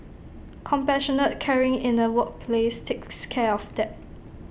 compassionate caring in the workplace takes care of that